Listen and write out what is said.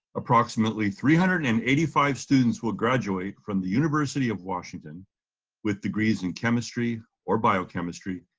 approximately three hundred and eighty five students will graduate from the university of washington with degrees in chemistry or biochemistry,